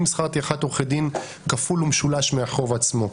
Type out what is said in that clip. שכר טרחת עורכי דין כפול ומשולש מהחוב עצמו.